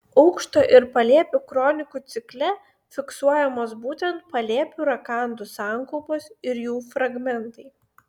aukšto ir palėpių kronikų cikle fiksuojamos būtent palėpių rakandų sankaupos ir jų fragmentai